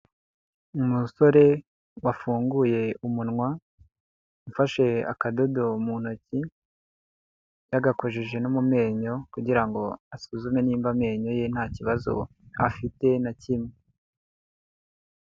Umusore wafunguye umunwa, ufashe akadodo mu ntoki, yagakojeje no mu menyo kugira ngo asuzume nimba amenyo ye nta kibazo afite na kimwe.